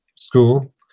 School